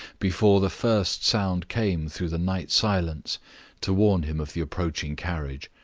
before the first sound came through the night silence to warn him of the approaching carriage.